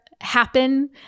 happen